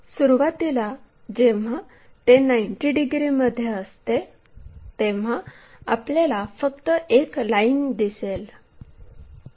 सुरुवातीला जेव्हा ते 90 डिग्रीमध्ये असते तेव्हा आपल्याला फक्त एक लाईन दिसेल